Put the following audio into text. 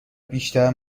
بیشتر